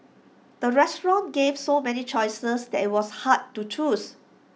the restaurant gave so many choices that IT was hard to choose